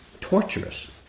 Torturous